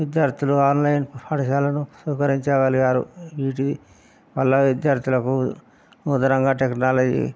విద్యార్థులు ఆన్లైన్ పాఠశాలను స్వీకరించగలిగినారు వీటి వల్ల విద్యార్థులకు నూతనంగా టెక్నాలజీ